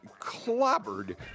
clobbered